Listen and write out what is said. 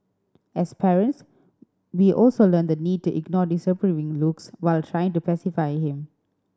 as parents we also learn the need to ignore disapproving looks while trying to pacify him